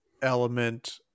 element